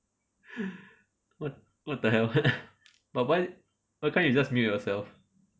what what the hell but why why can't you just mute yourself